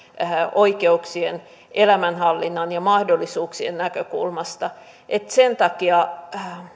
oikeuksien elämänhallinnan ja mahdollisuuksien näkökulmasta että sen takia